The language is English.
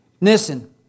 Listen